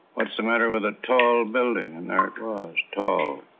what's the matter with a tall building? and there it was tall.